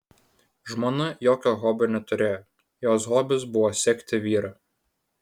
žmona jokio hobio neturėjo jos hobis buvo sekti vyrą